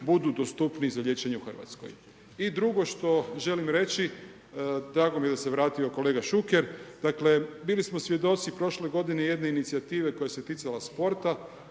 budu dostupniji za liječenje u Hrvatskoj. I drugo što želim reći, drago mi je da se vratio kolega Šuker, dakle bili smo svjedoci prošle godine jedne inicijative koja se ticala sporta,